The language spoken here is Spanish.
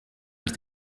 las